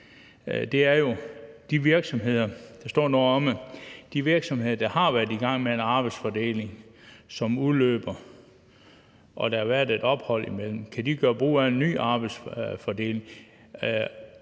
– er jo, om de virksomheder, der har været i gang med en arbejdsfordeling, som udløber, og hvor der har været et ophold imellem, kan gøre brug af en ny arbejdsfordeling.